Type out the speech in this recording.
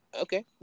okay